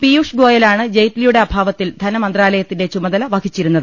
പിയൂഷ് ഗോയലാണ് ജയ്റ്റ്ലിയുടെ അഭാവത്തിൽ ധനമന്ത്രാലയത്തിന്റെ ചുമതല വഹി ച്ചിരുന്നത്